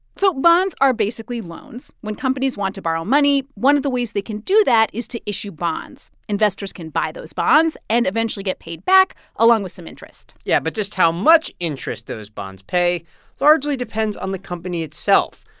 so bonds are basically loans. when companies want to borrow money, one of the ways they can do that is to issue bonds. investors can buy those bonds and eventually get paid back, along with some interest yeah, but just how much interest those bonds pay largely depends on the company itself.